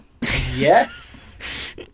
yes